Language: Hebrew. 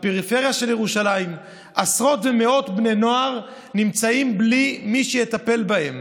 הפריפריה של ירושלים: עשרות ומאות בני נוער נמצאים בלי מי שיטפל בהם.